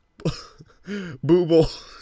Booble